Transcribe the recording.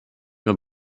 mehr